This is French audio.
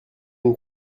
une